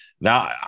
now